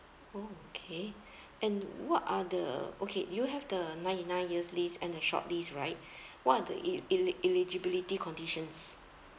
oh okay and what are the okay you have the ninety nine years lease and the short lease right what are the el~ eli~ eligibility conditions